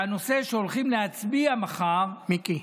והנושא שהולכים להצביע עליו מחר, מיקי.